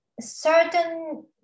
certain